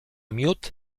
miód